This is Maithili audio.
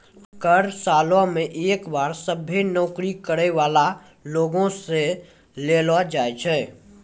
कर सालो मे एक बार सभ्भे नौकरी करै बाला लोगो से लेलो जाय छै